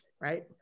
right